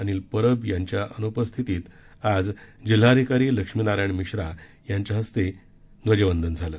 अनिल परब यांच्या अनुपस्थितीत आज जिल्हाधिकारी लक्ष्मीनारायण मिश्रा यांच्या हस्ते महाराष्ट्र दिनाचे ध्वजवंदन झालं